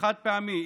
חד-פעמי,